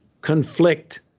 conflict